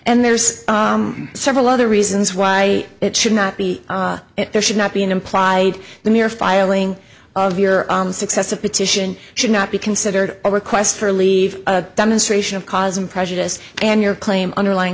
and there's several other reasons why it should not be there should not be an implied the mere filing of your success a petition should not be considered a request for leave a demonstration of cause and prejudice and your claim underlying